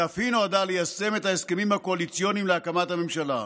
שאף היא נועדה ליישם את ההסכמים הקואליציוניים להקמת הממשלה.